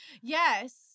Yes